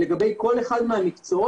לגבי כל אחד מהמקצועות,